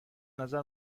نظر